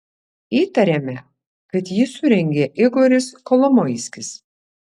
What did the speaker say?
įtariame kad jį surengė igoris kolomoiskis